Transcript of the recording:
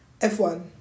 f1